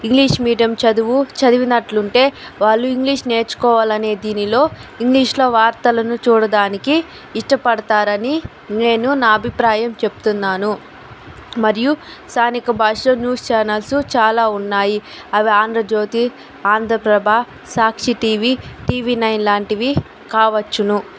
English medium చదువు చదివినట్లు ఉంటే వాళ్ళు ఇంగ్లీష్ నేర్చుకోవాలనే దీనిలో ఇంగ్లీషులో వార్తలను చూడడానికి ఇష్టపడుతారని నేను నా అభిప్రాయం చెబుతున్నాను మరియు స్థానిక భాషా న్యూస్ చానల్స్ చాలా ఉన్నాయి అవి Andhra Jyothy Andhra Prabha Sakshi TV TV nine లాంటివి కావచ్చు